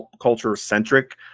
culture-centric